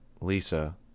Lisa